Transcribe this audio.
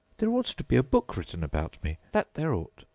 there ought to be a book written about me, that there ought!